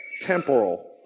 temporal